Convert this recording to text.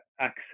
access